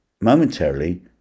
momentarily